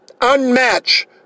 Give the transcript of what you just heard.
unmatched